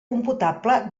computable